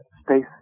space